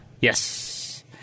Yes